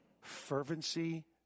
fervency